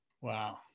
Wow